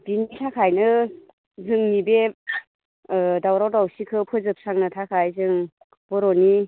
बिनि थाखायनो जोंनि बे दावराव दावसिखौ फोजोबस्रांनो थाखाय जों बर'नि